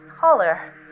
taller